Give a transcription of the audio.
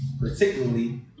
particularly